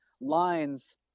lines